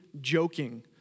joking